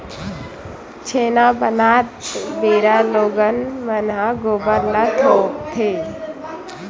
छेना बनात बेरा लोगन मन ह गोबर ल थोपथे